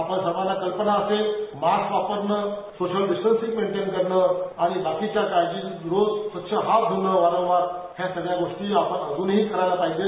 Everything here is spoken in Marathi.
आपण सर्वांना कल्पना असेल मास्क वापरणं सोशल डिस्टंसिंग मेंटेन करणं आणि बाकीच्या काळजी रोज स्वच्छ हात धूणे वारंवार या सगळ्या गोष्टी आपण अज्नही करायला पाहिजे